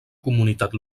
comunitat